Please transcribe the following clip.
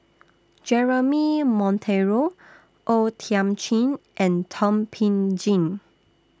Jeremy Monteiro O Thiam Chin and Thum Ping Tjin